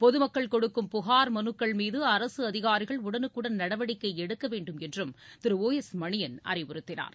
பொதுமக்கள் கொடுக்கும் புகார் மனுக்கள் மீது அரசு அதிகாரிகள் உடனுக்குடன் நடவடிக்கை எடுக்க வேண்டும் என்றும் திரு ஒ எஸ் மணியன் அறிவுறுத்தினார்